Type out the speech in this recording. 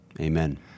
Amen